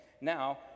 now